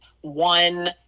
one